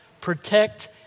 protect